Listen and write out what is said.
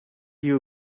you